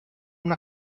una